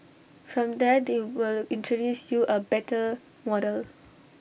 from there they will introduce you A better model